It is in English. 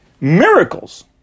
miracles